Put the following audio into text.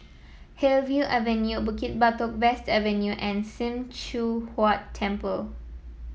Hillview Avenue Bukit Batok West Avenue and Sim Choon Huat Temple